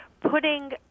putting